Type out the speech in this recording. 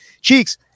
Cheeks